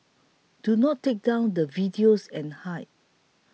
do not take down the videos and hide